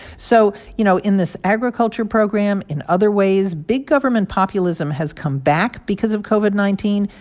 so, you know, in this agriculture program, in other ways, big government populism has come back because of covid nineteen.